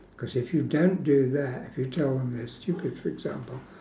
cause if you don't do that if you tell them they're stupid for example